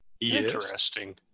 Interesting